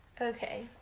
Okay